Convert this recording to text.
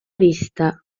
vista